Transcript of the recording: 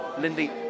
Lindy